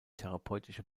therapeutische